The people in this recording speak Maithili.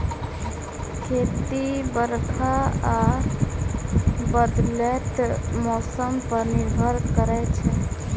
खेती बरखा आ बदलैत मौसम पर निर्भर करै छै